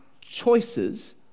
choices